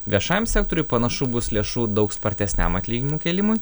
viešajam sektoriui panašu bus lėšų daug spartesniam atlyginimų kėlimui